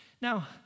Now